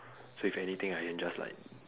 so if anything I can just like